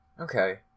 Okay